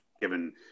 given